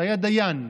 שהיה דיין,